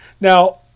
Now